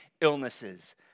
illnesses